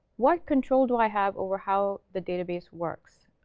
what control do i have over how the database works?